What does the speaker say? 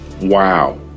Wow